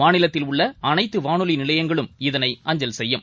மாநிலத்தில் உள்ள அனைத்து வானொலி நிலையங்களும் இதனை அஞ்சல் செய்யும்